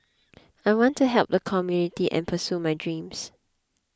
I want to help the community and pursue my dreams